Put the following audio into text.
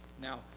now